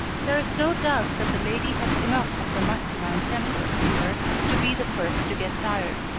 there is no doubt that the lady had enough of the masculine temper in her to be the first to get tired.